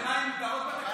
קריאות ביניים מותרות.